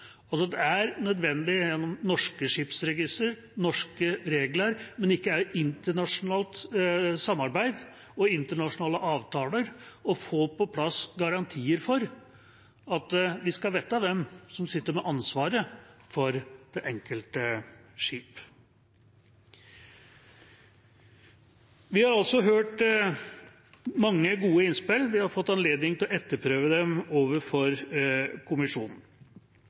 Det er nødvendig gjennom norske skipsregister, norske regler, men ikke minst i internasjonalt samarbeid og internasjonale avtaler å få på plass garantier for at vi skal vite hvem som sitter med ansvaret for det enkelte skip. Vi har også hørt mange gode innspill og fått anledning til å etterprøve dem overfor kommisjonen.